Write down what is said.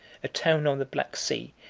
a town on the black sea,